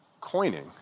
coining